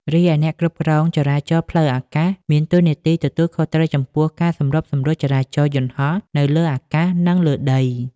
រីឯអ្នកគ្រប់គ្រងចរាចរណ៍ផ្លូវអាកាស មានតួនាទីទទួលខុសត្រូវចំពោះការសម្របសម្រួលចរាចរណ៍យន្តហោះនៅលើអាកាស និងលើដី។